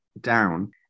down